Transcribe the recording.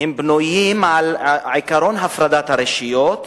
בנויים על עקרון הפרדת הרשויות,